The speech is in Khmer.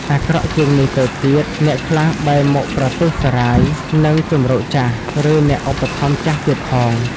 អាក្រក់ជាងនេះទៅទៀត អ្នកខ្លះបែរមកប្រទូសរ៉ាយនឹងជម្រកចាស់ ឬអ្នកឧបត្ថម្ភចាស់ទៀតផង ។